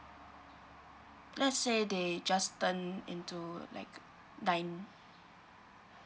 let's say they just turn into like nine